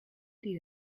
die